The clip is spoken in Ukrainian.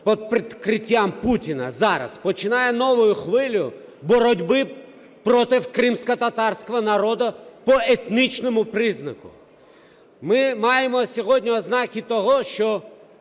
під прикриттям Путіна зараз починає нову хвилю боротьбу проти кримськотатарського народу по етнічному признаку. Ми маємо сьогодні ознаки того, що